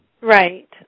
Right